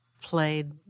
played